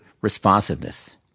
responsiveness